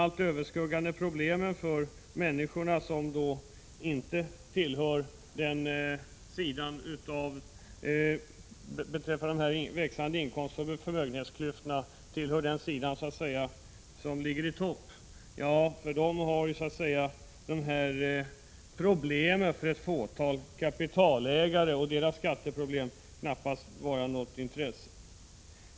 För de människor som inte tillhör den sidan som ligger i topp har ”problemen” för ett fåtal kapitalägare knappast något intresse.